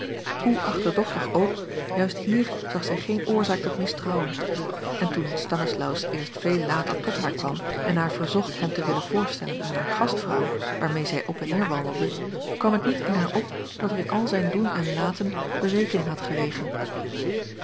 hoe achterdochtig ook juist hier zag zij geen oorzaak tot mistrouwen en toen stanislaus eerst veel later tot haar kwam en haar verzocht hem te willen voorstellen aan hare gastvrouw waarmee zij op en neer wandelde kwam het niet in haar op dat er in al zijn doen en laten berekening had gelegen